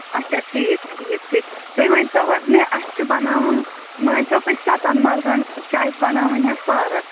اَچھا ٹھیٖک ٹھیٖک ٹھیٖک تُہۍ ؤنۍ تو حظ مےٚ اَسہِ چھُ بَناوُن مٲنۍ تو تُہۍ سَتن مَلرَن چھِ اَسہِ بَناوٕنۍ حظ پارَک